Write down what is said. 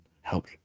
help